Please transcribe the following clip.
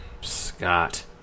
Scott